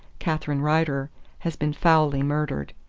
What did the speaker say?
catherine rider, has been foully murdered.